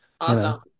awesome